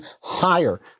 higher